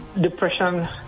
depression